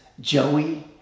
Joey